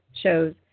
shows